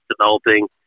developing